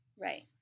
right